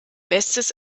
bestes